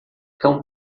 cão